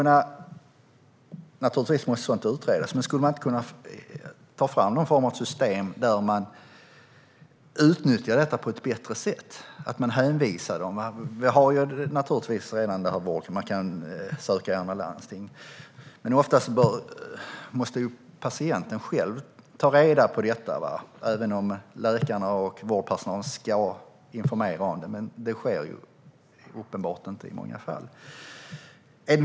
Naturligtvis måste sådant utredas, men skulle man inte kunna ta fram en form av system där man utnyttjar detta på ett bättre sätt och hänvisar dit? Man kan redan söka vård i andra landsting, men ofta måste patienten själv ta reda på det, trots att läkare och vårdpersonal ska informera. Det sker uppenbarligen inte i många fall.